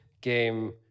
game